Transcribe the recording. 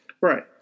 Right